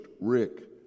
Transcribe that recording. Rick